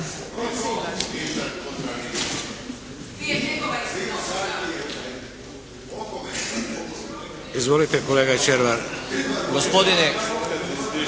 Izvolite kolega Červar.